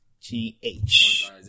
g-h